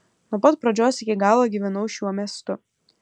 nuo pat pradžios iki galo gyvenau šiuo miestu